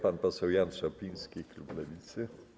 Pan poseł Jan Szopiński, klub Lewicy.